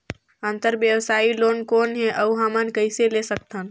अंतरव्यवसायी लोन कौन हे? अउ हमन कइसे ले सकथन?